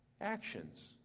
actions